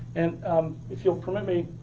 and if you'll permit me